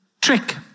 trick